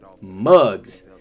mugs